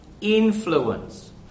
influence